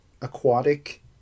aquatic